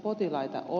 potilaita on